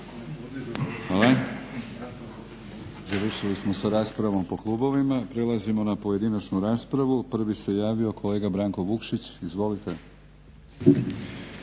Hvala. Završili smo sa raspravom po klubovima. Prelazimo na pojedinačnu raspravu. Prvi se javio kolega Branko Vukšić. **Vukšić,